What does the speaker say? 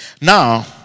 Now